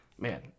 man